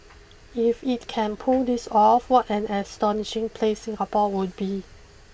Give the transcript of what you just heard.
if it can pull this off what an astonishing place Singapore would be